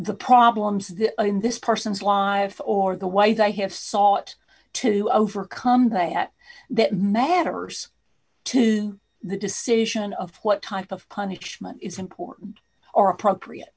the problems in this person's live or the white i have sought to overcome that that matters to the decision of what type of punishment is important or appropriate